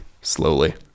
slowly